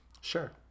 Sure